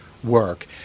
Work